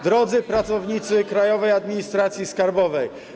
Drodzy Pracownicy Krajowej Administracji Skarbowej!